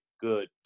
good